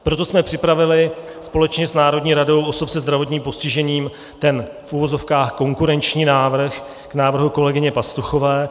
Proto jsme připravili společně s Národní radou osob se zdravotním postižením ten v uvozovkách konkurenční návrh k návrhu kolegyně Pastuchové.